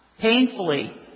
painfully